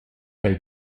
bei